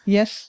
Yes